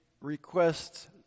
requests